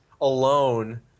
alone